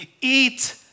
eat